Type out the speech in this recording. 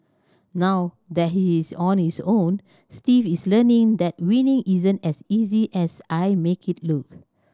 now that he is on his own Steve is learning that winning isn't as easy as I make it look